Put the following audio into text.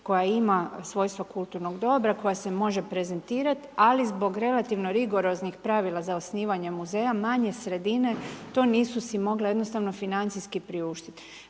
koja ima svojstvo kulturnog dobra koje se može prezentirat, ali zbog relativno rigoroznih pravila za osnivanjem muzeja, manje sredine to nisu si mogle jednostavno financijski priuštit.